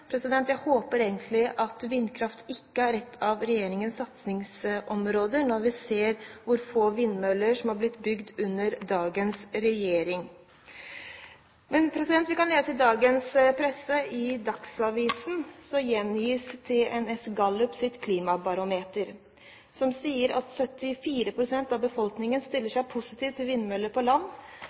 når vi ser hvor få vindmøller som er blitt bygd under dagens regjering. I dagens presse, i Dagsavisen, gjengis TNS Gallups Klimabarometer, som sier at 74 pst. av befolkningen stiller seg positiv til vindmøller på land.